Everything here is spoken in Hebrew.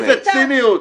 איזה ציניות.